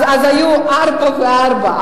אז היו ארבעה וארבעה.